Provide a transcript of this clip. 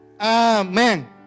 Amen